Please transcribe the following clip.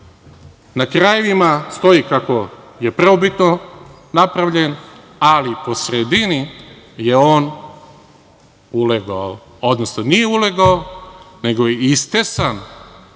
na krajevima stoji kako je prvobitno napravljen, ali po sredini je on ulegao, odnosno nije ulegao, nego je istesan